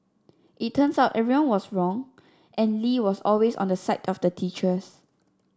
it turns out everyone was wrong and Lee was always on the side of the teachers